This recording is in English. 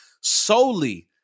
solely